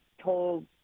told